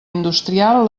industrial